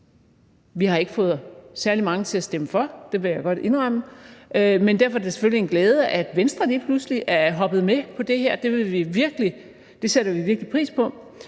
Vi har ikke fået særlig mange til at stemme for, det vil jeg godt indrømme, men derfor er det da selvfølgelig en glæde, at Venstre lige pludselig er hoppet med på det her. Det sætter vi virkelig pris på,